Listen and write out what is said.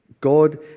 God